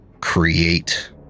create